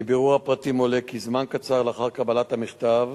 מבירור הפרטים עולה כי זמן קצר לאחר קבלת המכתב